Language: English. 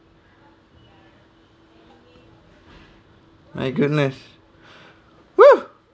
my goodness !woo!